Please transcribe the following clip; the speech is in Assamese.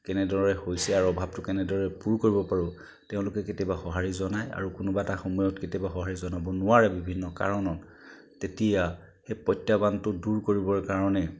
কেনেদৰে হৈছে আৰু অভাৱটো কেনেদৰে পূৰ কৰিব পাৰোঁ তেওঁলোকে কেতিয়াবা সঁহাৰি জনায় আৰু কোনোবাটা সময়ত কেতিয়াবা সঁহাৰি জনাব নোৱাৰে বিভিন্ন কাৰণত তেতিয়া সেই প্ৰত্যাহ্বানটো দূৰ কৰিবৰ কাৰণে